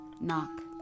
knock